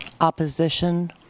opposition